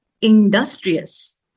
industrious